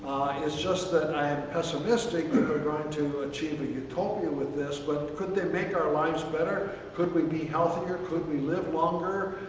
it's just that i am pessimistic that they're going to achieve a utopia with this, but could they make our lives better? could we be healthier, could we live longer,